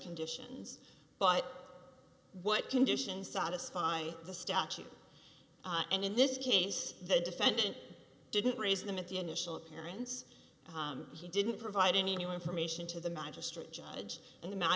conditions but what conditions satisfy the statute and in this case the defendant didn't raise them at the initial appearance he didn't provide any new information to the magistrate judge and the